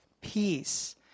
Peace